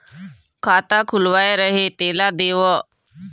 खाता खुलवाय रहे तेला देव?